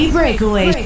Breakaway